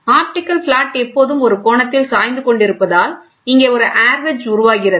optical flat எப்போதும் ஒரு கோணத்தில் சாய்ந்து கொண்டிருப்பதால் இங்கே ஒரு ஆர் வேட்ச் உருவாகிறது